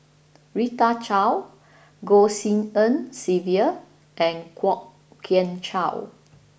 Rita Chao Goh Tshin En Sylvia and Kwok Kian Chow